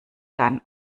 dann